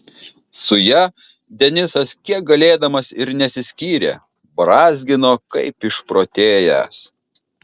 su ja denisas kiek galėdamas ir nesiskyrė brązgino kaip išprotėjęs